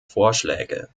vorschläge